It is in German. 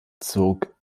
zog